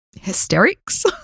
hysterics